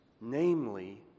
Namely